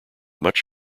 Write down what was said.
much